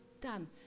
done